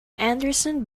anderson